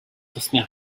цусны